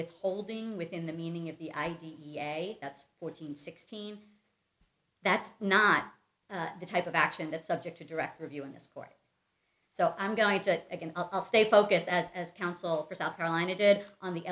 withholding within the meaning of the i d e a that's fourteen sixteen that's not the type of action that's subject to direct review in this court so i'm going to again i'll stay focused as counsel for south carolina did on the